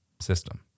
system